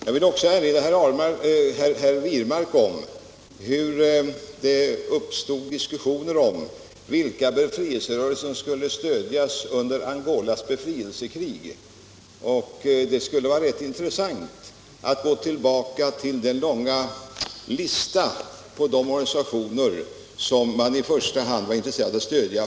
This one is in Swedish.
Jag vill också erinra herr Wirmark om hur det uppstod diskussioner om vilka befrielserörelser som skulle stödjas under Angolas befrielsekrig. Det skulle vara ganska intressant att gå tillbaka till den långa lista på organisationer som man från olika håll då i första hand var intresserad av att stödja.